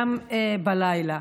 גם בלילה.